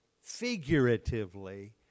figuratively